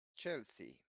chelsea